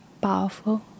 powerful